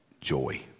joy